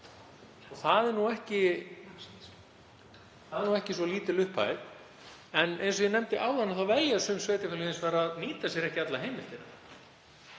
og það er ekki svo lítil upphæð. En eins og ég nefndi áðan velja sum sveitarfélög hins vegar að nýta sér ekki alla heimildina,